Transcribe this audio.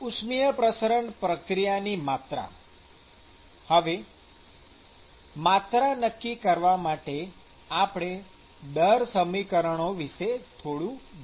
ઉષ્મિય પ્રસરણ પ્રક્રિયાની માત્રા હવે માત્રા નક્કી કરવા માટે આપણે દર સમીકરણો વિષે થોડું જોવું પડશે